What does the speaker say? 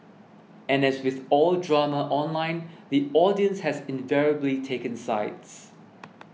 and as with all drama online the audience has invariably taken sides